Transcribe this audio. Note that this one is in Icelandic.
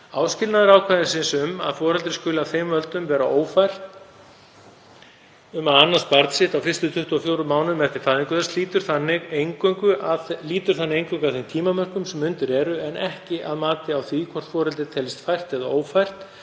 Áskilnaður ákvæðisins um að foreldri skuli af þeim völdum vera ófært um að annast barn sitt á fyrstu 24 mánuðum eftir fæðingu þess lýtur þannig eingöngu að þeim tímamörkum sem undir eru en ekki að mati á því hvort foreldri teljist fært eða ófært